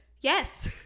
Yes